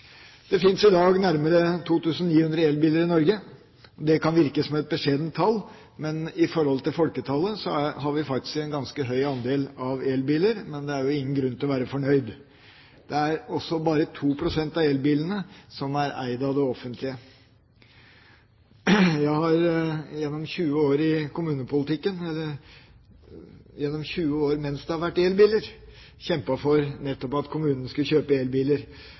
Det finnes i dag nærmere 2 900 elbiler i Norge. Det kan virke som et beskjedent tall, men i forhold til folketallet har vi faktisk en ganske høy andel av elbiler. Men det er jo ingen grunn til å være fornøyd. Det er også bare 2 pst. av elbilene som er eid av det offentlige. Jeg har gjennom 20 år i kommunepolitikken – gjennom 20 år mens det har vært elbiler – kjempet for nettopp at kommunen skulle kjøpe elbiler.